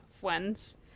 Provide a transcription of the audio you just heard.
friends